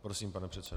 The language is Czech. Prosím, pane předsedo.